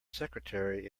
secretary